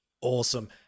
Awesome